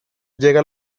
llega